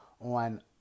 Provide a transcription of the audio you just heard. on